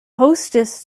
hostess